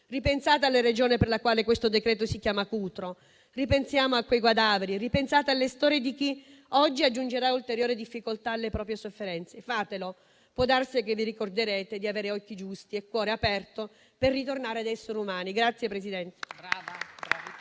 ripensate alla ragione per la quale questo decreto si chiama Cutro. Ripensiamo allora a quei cadaveri, ripensate alle storie di chi oggi aggiungerà ulteriori difficoltà alle proprie sofferenze. Fatelo e può darsi che vi ricorderete di avere occhi giusti e cuore aperto per ritornare a essere umani.